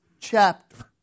chapter